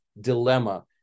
dilemma